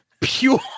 pure